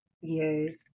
Yes